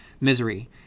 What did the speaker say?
misery